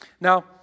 Now